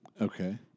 Okay